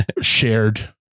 shared